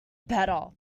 better